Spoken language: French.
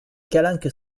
calanques